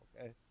okay